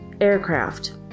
aircraft